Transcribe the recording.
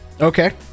Okay